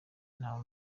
ntawe